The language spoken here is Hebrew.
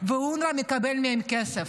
שאונר"א מקבל מהם כסף.